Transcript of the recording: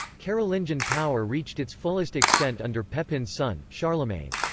carolingian power reached its fullest extent under pepin's son, charlemagne.